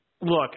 Look